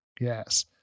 Yes